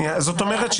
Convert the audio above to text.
זאת אומרת,